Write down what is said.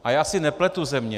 A já si nepletu země.